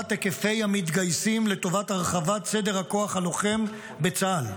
היקפי המתגייסים לטובת הרחבת סדר הכוח הלוחם בצה"ל.